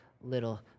little